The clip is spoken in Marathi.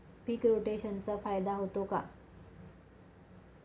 पीक रोटेशनचा फायदा होतो का?